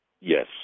Yes